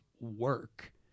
work